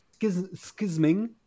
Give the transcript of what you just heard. schisming